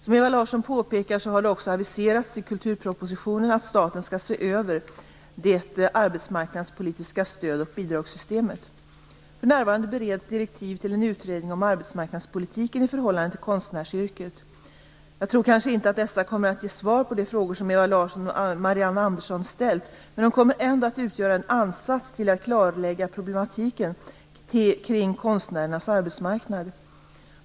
Som Ewa Larsson påpekar, har det också aviserats i kulturpropositionen att staten skall se över det arbetsmarknadspolitiska stöd och bidragssystemet. För närvarande bereds direktiv till en utredning om arbetsmarknadspolitiken i förhållande till konstnärsyrket. Jag tror kanske inte att dessa kommer att ge svar på de frågor som Ewa Larsson och Marianne Andersson har ställt, men de kommer ändå att utgöra en ansats till att klarlägga problematiken kring konstnärernas arbetsmarknad.